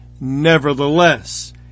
Nevertheless